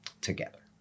together